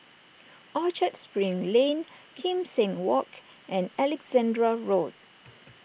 Orchard Spring Lane Kim Seng Walk and Alexandra Road